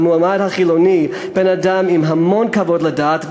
והמועמד החילוני הוא בן-אדם עם המון כבוד לדת,